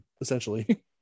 essentially